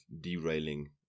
derailing